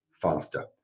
faster